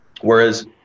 Whereas